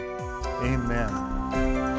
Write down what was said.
amen